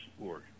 Org